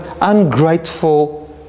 ungrateful